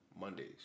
Mondays